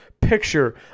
picture